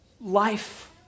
life